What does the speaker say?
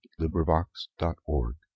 LibriVox.org